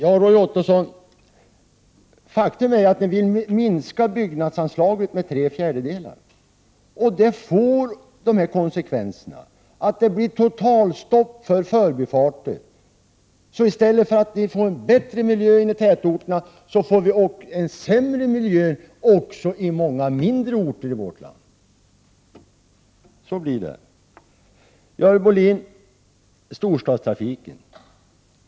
Fru talman! Faktum är, Roy Ottosson, att ett byggnadsanslag som minskas med tre fjärdedelar leder till totalstopp för förbifarter. Det blir inte någon bättre miljö i tätorterna. I stället blir miljön sämre, även på många mindre orter i vårt land. Så till Görel Bohlin. Det gäller då storstadstrafiken.